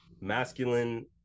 masculine